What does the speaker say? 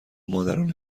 مادران